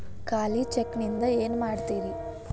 ಖಾಲಿ ಚೆಕ್ ನಿಂದ ಏನ ಮಾಡ್ತಿರೇ?